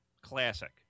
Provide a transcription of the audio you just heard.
classic